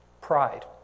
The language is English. pride